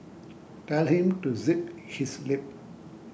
tell him to zip his lip